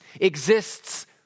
exists